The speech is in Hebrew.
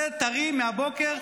זה טרי מהבוקר,